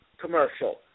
commercial